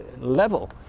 level